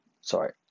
sorry